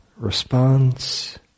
Response